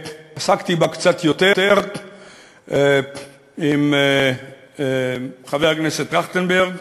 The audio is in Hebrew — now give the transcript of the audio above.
עסקתי בה קצת יותר עם חבר הכנסת טרכטנברג,